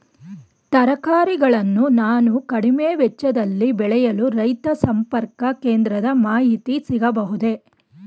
ತರಕಾರಿಗಳನ್ನು ನಾನು ಕಡಿಮೆ ವೆಚ್ಚದಲ್ಲಿ ಬೆಳೆಯಲು ರೈತ ಸಂಪರ್ಕ ಕೇಂದ್ರದ ಮಾಹಿತಿ ಸಿಗಬಹುದೇ?